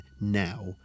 now